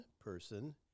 person